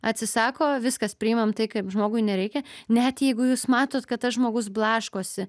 atsisako viskas priimam tai kaip žmogui nereikia net jeigu jūs matot kad tas žmogus blaškosi